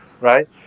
right